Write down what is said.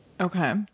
Okay